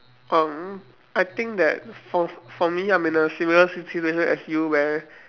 um I think that for for me I'm in a similar situation as you where